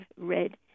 read